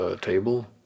table